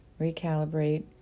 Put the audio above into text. recalibrate